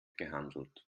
gehandelt